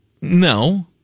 no